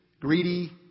Greedy